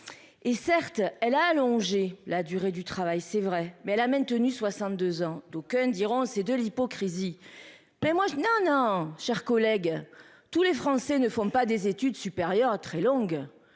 Est certes elle à allonger la durée du travail, c'est vrai mais elle a maintenu 62 ans. D'aucuns diront c'est de l'hypocrisie. Mais moi je, non non, chers collègues. Tous les Français ne font pas des études supérieures, très longue,